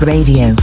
Radio